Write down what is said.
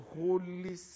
Holy